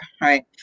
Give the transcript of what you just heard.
right